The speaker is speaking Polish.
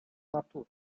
natury